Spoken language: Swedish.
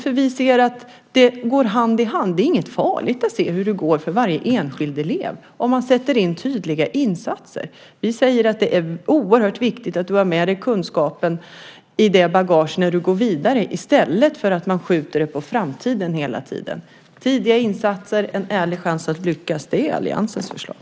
Vi ser nämligen att dessa saker går hand i hand. Det är inte farligt att se hur det går för varje enskild elev om man sätter in tydliga insatser. Vi säger att det är oerhört viktigt att man har med sig kunskaperna i sitt bagage när man går vidare i stället för att man hela tiden skjuter det på framtiden. Tidiga insatser och en ärlig chans att lyckas, det är alliansens förslag.